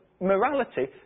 morality